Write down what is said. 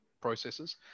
processes